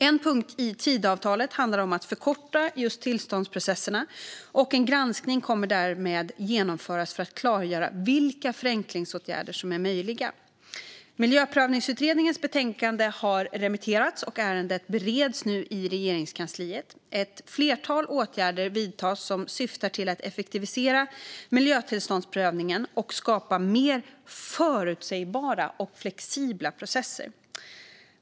En punkt i Tidöavtalet handlar om att förkorta tillståndsprocesser, och en granskning kommer därmed att genomföras för att klargöra vilka förenklingsåtgärder som är möjliga. Miljöprövningsutredningens betänkande har remitterats, och ärendet bereds nu i Regeringskansliet. Ett flertal åtgärder vidtas som syftar till att effektivisera miljötillståndsprövningen och skapa mer förutsägbara och flexibla processer.